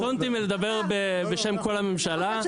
קטונתי מלדבר בשם כל הממשלה --- אני